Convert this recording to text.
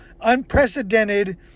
unprecedented